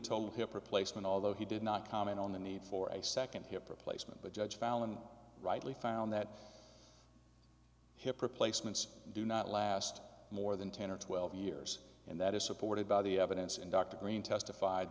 total hip replacement although he did not comment on the need for a second hip replacement but judge fallon rightly found that hip replacements do not last more than ten or twelve years and that is supported by the evidence in dr green testified